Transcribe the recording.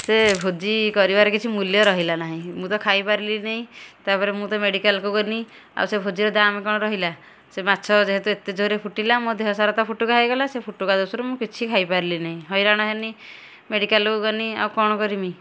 ସେ ଭୋଜି କରିବାରେ କିଛି ମୂଲ୍ୟ ରହିଲା ନାହିଁ ମୁଁ ତ ଖାଇ ପାରିଲିନି ତାପରେ ମୁଁ ତ ମେଡ଼ିକାଲ୍ କୁ ଗନି ଆଉ ସେ ଭୋଜିର ଦାମ୍ କଣ ରହିଲା ସେ ମାଛ ଯେହେତୁ ଏତେ ଜୋରେ ଫୁଟିଲା ମୋ ଦେହ ସାରା ତ ଫୁଟୁକା ହେଇଗଲା ସେ ଫୁଟୁକା ଦୋଷରୁ ମୁଁ କିଛି ଖାଇପାରିଲିନି ହଇରାଣ ହେନି ମେଡ଼ିକାଲ୍କୁ ଗନି ଆଉ କଣ କରିମି